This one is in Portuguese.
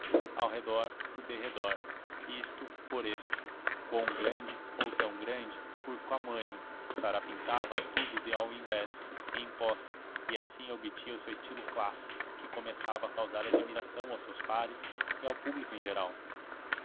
ao redor por derredor isto por esto quão grande ou tão grande por quamanho sarapintava tudo de ao invés em pós e assim obtinha o seu estilo clássico que começava a causar admiração aos seus pares e ao público em geral